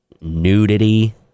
nudity